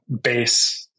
base